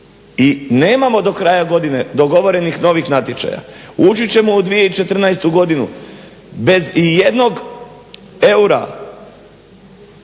I nemamo do kraja godine dogovorenih novih natječaja. Ući ćemo u 2014. godinu bez ijednog eura